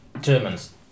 Germans